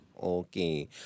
Okay